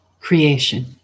creation